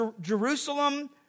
Jerusalem